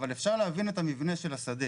אבל אפשר להבין את המבנה של השדה.